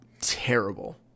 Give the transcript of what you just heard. terrible